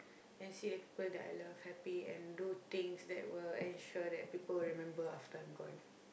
and see the people that I love happy and do things that will ensure that people will remember after I'm gone